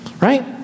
right